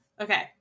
Okay